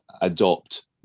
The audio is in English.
adopt